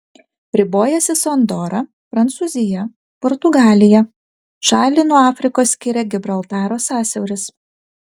ribojasi su andora prancūzija portugalija šalį nuo afrikos skiria gibraltaro sąsiauris